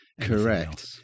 correct